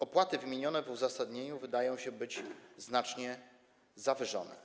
Opłaty wymienione w uzasadnieniu wydają się znacznie zawyżone.